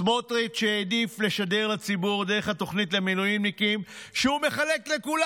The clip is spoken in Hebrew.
סמוטריץ' העדיף לשדר לציבור דרך התוכנית למילואימניקים שהוא מחלק לכולם.